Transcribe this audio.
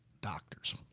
doctors